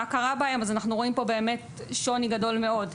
קרה בהם אז אנחנו רואים פה באמת שוני גדול מאוד,